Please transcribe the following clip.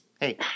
Hey